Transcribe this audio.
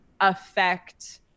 affect